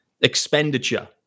expenditure